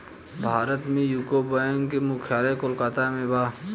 भारत में UCO bank के मुख्यालय कोलकाता में बा